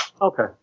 Okay